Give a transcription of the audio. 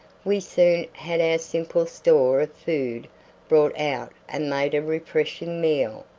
we soon had our simple store of food brought out and made a refreshing meal,